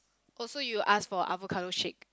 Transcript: also you ask for avocado shake